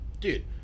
dude